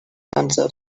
answered